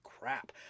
crap